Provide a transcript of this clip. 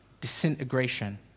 disintegration